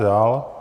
Dál?